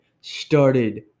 started